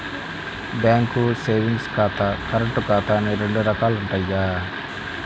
bank savings ఖాతా, current ఖాతా అని రెండు రకాలుంటయ్యి